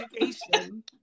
education